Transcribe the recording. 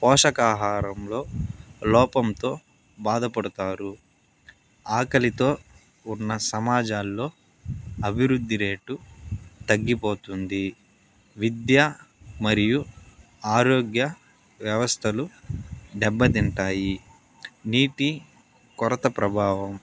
పోషక ఆహారంలో లోపంతో బాధపడుతారు ఆకలితో ఉన్న సమాజాల్లో అభివృద్ధి రేటు తగ్గిపోతుంది విద్య మరియు ఆరోగ్య వ్యవస్థలు దెబ్బతింటాయి నీటి కొరత ప్రభావం